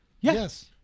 Yes